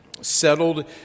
settled